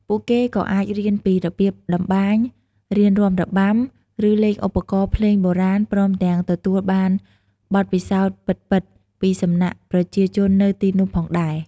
ពួកគេក៏អាចរៀនពីរបៀបតម្បាញ រៀនរាំរបាំ ឬលេងឧបករណ៍ភ្លេងបុរាណព្រមទាំងទទួលបានបទពិសោធន៍ពិតៗពីសំណាក់ប្រជាជននៅទីនោះផងដែរ។